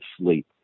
sleep